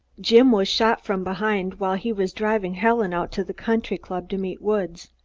jim was shot from behind, while he was driving helen out to the country-club to meet woods,